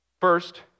First